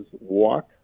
walk